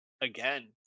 again